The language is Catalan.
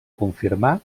confirmar